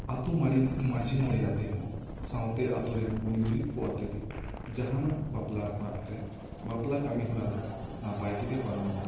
ᱟᱛᱳ ᱢᱟᱹᱡᱷᱤ ᱢᱚᱬᱮ ᱟᱛᱮᱜ ᱦᱚᱸ ᱥᱟᱶᱛᱮ ᱟᱛᱳᱨᱮᱱ ᱜᱩᱱᱤ ᱜᱩᱨᱤᱵᱽ ᱠᱚ ᱟᱛᱮᱜ ᱜᱮ ᱡᱟᱦᱟᱱᱟᱜ ᱵᱟᱯᱞᱟ ᱚᱲᱟᱜ ᱨᱮ ᱵᱟᱯᱞᱟ ᱠᱟᱹᱢᱤ ᱦᱚᱨᱟ ᱫᱚ ᱱᱟᱯᱟᱭ ᱛᱮᱜᱮ ᱯᱟᱨᱚᱢᱚᱜᱼᱟ